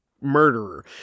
murderer